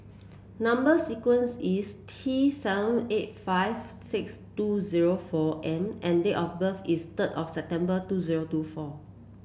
number sequence is T seven eight five six two zero four M and date of birth is third of September two zero two four